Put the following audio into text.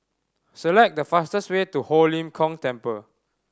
select the fastest way to Ho Lim Kong Temple